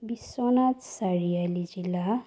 বিশ্বনাথ চাৰিআলি জিলা